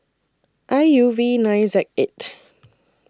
I U V nine Z eight